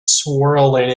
swirling